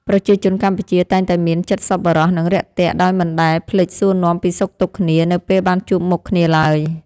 ប្រជាជនកម្ពុជាតែងតែមានចិត្តសប្បុរសនិងរាក់ទាក់ដោយមិនដែលភ្លេចសួរនាំពីសុខទុក្ខគ្នានៅពេលបានជួបមុខគ្នាឡើយ។